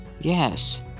Yes